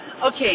Okay